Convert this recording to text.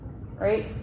right